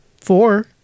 four